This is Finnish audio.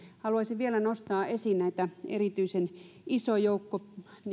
haluaisin vielä nostaa esiin näitä joita on erityisen iso joukko